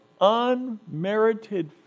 unmerited